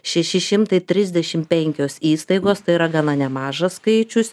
šeši šimtai trisdešim penkios įstaigos tai yra gana nemažas skaičius